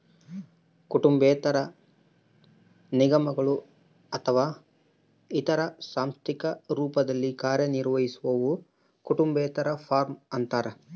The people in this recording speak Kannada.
ಕುಟುಂಬೇತರ ನಿಗಮಗಳು ಅಥವಾ ಇತರ ಸಾಂಸ್ಥಿಕ ರೂಪಗಳಲ್ಲಿ ಕಾರ್ಯನಿರ್ವಹಿಸುವವು ಕುಟುಂಬೇತರ ಫಾರ್ಮ ಅಂತಾರ